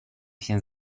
się